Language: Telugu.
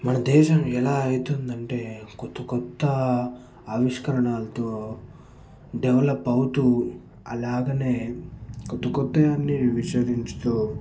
మన దేశం ఎలా అయితుందంటే కొత్త కొత్త ఆవిష్కరణలతో డెవలప్ అవుతూ అలాగనే కొత్త కొత్తగా అన్ని నిషేధించుతూ